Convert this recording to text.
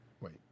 Wait